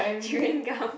chewing gum